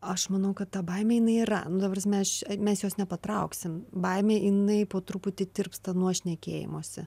aš manau kad ta baimė jinai yra nu ta prasme aš mes jos nepatrauksim baimė jinai po truputį tirpsta nuo šnekėjimosi